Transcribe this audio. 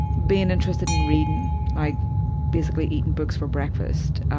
being interested in reading, like basically eating books for breakfast,